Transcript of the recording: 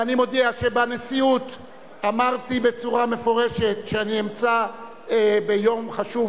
ואני מודיע שבנשיאות אמרתי בצורה מפורשת שאני אמצא ביום חשוב